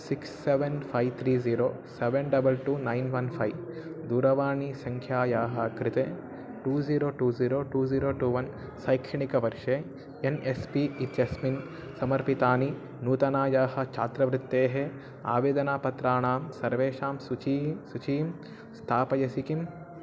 six seven five three zero seven double two nine one five दूरवाणीसङ्ख्यायाः कृते two zero two zero two zero two one सैक्षणिकवर्षे N S P इत्यस्मिन् समर्पितानि नूतनायाः छात्रवृत्तेः आवेदनपत्राणां सर्वेषां सूचीं सूचीं स्थापयसि किम्